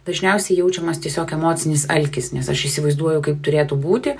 dažniausiai jaučiamas tiesiog emocinis alkis nes aš įsivaizduoju kaip turėtų būti